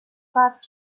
bought